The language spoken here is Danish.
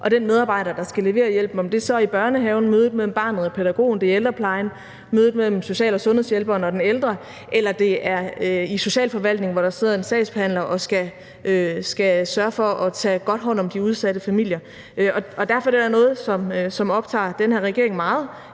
og den medarbejder, der skal levere hjælpen – om det så er i børnehaven, altså mødet mellem barnet og pædagogen, i ældreplejen, altså mødet mellem social- og sundhedshjælperen og den ældre, eller det er i socialforvaltningen, hvor der sidder en sagsbehandler og skal sørge for at tage godt hånd om de udsatte familier. Og derfor er det her noget, som optager den her regering meget.